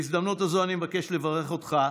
בהזדמנות הזאת אני מבקש לברך אותך,